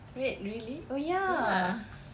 wait really oh ya